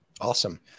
Awesome